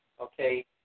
okay